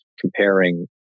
comparing